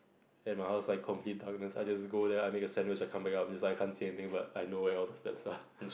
ya my house is like in complete darkness I just go there I make a sandwich I come back up it's like I can't see anything but I know where all the steps are